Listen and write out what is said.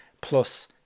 plus